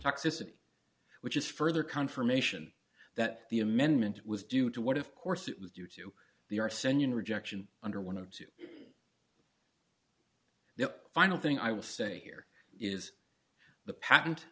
toxicity which is further confirmation that the amendment was due to what of course it was due to the are sending rejection under one of two the final thing i will say here is the patent